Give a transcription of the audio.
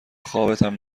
خوابتم